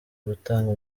gutanga